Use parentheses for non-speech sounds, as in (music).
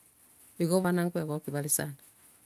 (noise) igo abana nkoegokia sana.